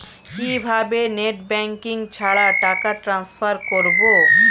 কিভাবে net banking ছাড়া টাকা টান্সফার করব?